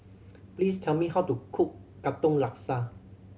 please tell me how to cook Katong Laksa